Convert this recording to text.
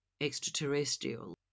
extraterrestrial